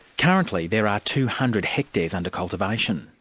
currently, there are two hundred hectares under cultivation.